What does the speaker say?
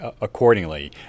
accordingly